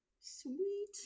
Sweet